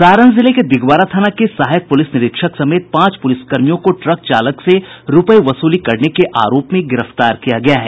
सारण जिले के दिघवारा थाना के सहायक प्रलिस निरीक्षक समेत पांच पुलिसकर्मियों को ट्रक चालक से रुपये वसूली करने के आरोप में गिरफ्तार किया गया है